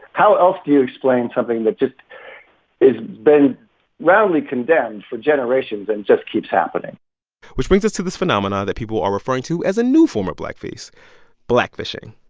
how else do you explain something that just has been roundly condemned for generations and just keeps happening which brings us to this phenomenon that people are referring to as a new form of blackface blackfishing,